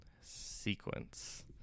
Sequence